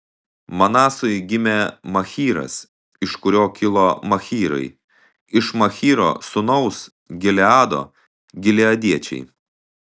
manasui gimė machyras iš kurio kilo machyrai iš machyro sūnaus gileado gileadiečiai